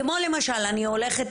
כמו למשל אני הולכת